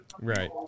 Right